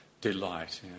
delight